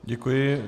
Děkuji.